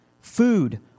Food